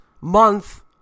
month